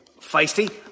feisty